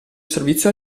servizio